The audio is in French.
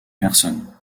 personne